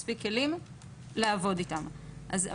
ועוד ארגז כלים רחב יותר.